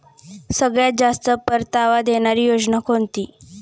सगळ्यात जास्त परतावा देणारी योजना कोणती?